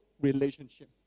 relationship